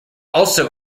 also